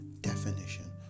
definition